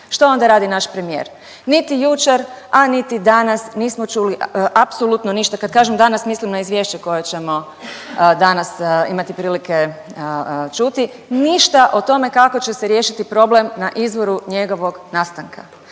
Što onda radi naš premijer? Niti jučer, a niti danas nismo čuli apsolutno ništa. Kad kažem danas mislim na izvješće koje ćemo danas imati prilike čuti. Ništa o tome kako će se riješiti problem na izvoru njegovog nastanka.